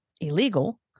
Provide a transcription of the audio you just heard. illegal